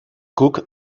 cook